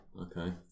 Okay